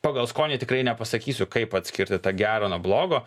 pagal skonį tikrai nepasakysiu kaip atskirti tą gerą nuo blogo